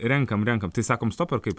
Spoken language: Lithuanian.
renkam renkam tai sakom stop ar kaip